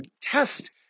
test